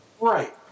Right